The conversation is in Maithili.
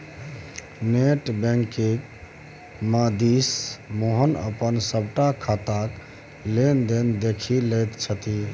नेट बैंकिंगक मददिसँ मोहन अपन सभटा खाताक लेन देन देखि लैत छथि